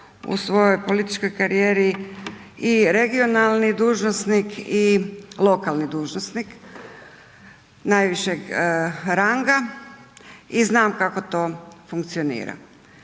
u svojoj političkoj karijeri i regionalni dužnosnik i lokalni dužnosnik najvišeg ranga i znam kako to funkcionira.